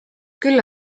küll